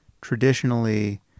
traditionally